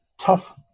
tough